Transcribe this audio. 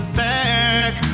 back